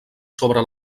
sobre